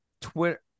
Twitter